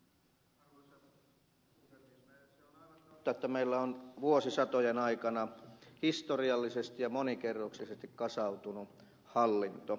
se on aivan totta että meillä on vuosisatojen aikana historiallisesti ja monikerroksisesti kasautunut hallinto